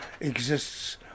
exists